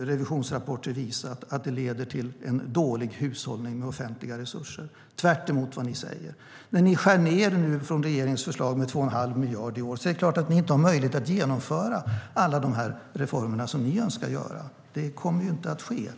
revisionsrapporter har visat att detta leder till en dålig hushållning med offentliga resurser, tvärtemot vad ni säger. När ni nu skär ned med 2 1⁄2 miljarder från regeringens förslag är det klart att ni inte har möjlighet att genomföra alla de reformer som ni önskar göra. Det kommer inte att ske.